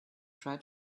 try